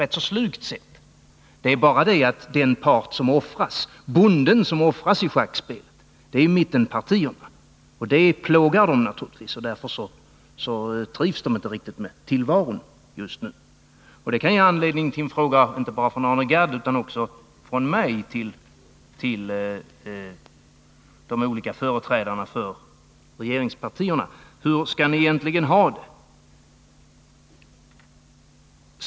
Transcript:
Det är bara det att bonden som offras i schackspelet är mittenpartierna, och det plågar dem naturligtvis. Därför trivs de inte riktigt med tillvaron just nu. Det kan ge anledning till en fråga till de olika företrädarna för regeringspartierna: Hur skall ni egentligen ha det?